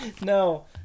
No